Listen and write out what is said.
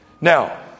Now